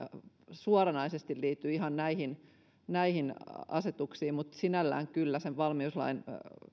suoranaisesti liity ihan näihin näihin asetuksiin mutta kyllä valmiuslain